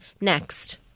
next